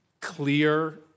clear